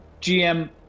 GM